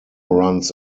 runs